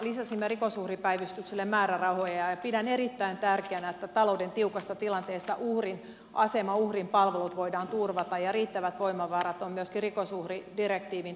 lisäsimme rikosuhripäivystykselle määrärahoja ja pidän erittäin tärkeänä että talouden tiukassa tilanteessa uhrin asema ja uhrin palvelut voidaan turvata ja on riittävät voimavarat myöskin rikosuhridirektiivin toimeenpanolle